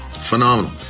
Phenomenal